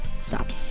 stop